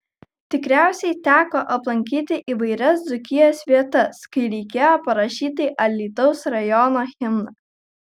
tikriausiai teko aplankyti įvairias dzūkijos vietas kai reikėjo parašyti alytaus rajono himną